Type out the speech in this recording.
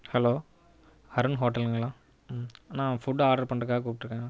hello Harun ஹோட்டலுங்களா ம் நான் ஃபுட்டு ஆர்ட்ரு பண்றதுக்காக கூப்பிட்ருக்கேன்